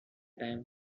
time